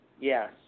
Yes